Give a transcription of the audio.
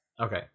Okay